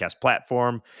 platform